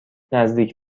نزدیک